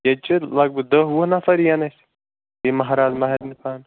ییٚتہِ چھِ لگ بھگ دَہ وُہ نَفر یِیَن اسہِ یہِ ماہراز ماہرنہِ سان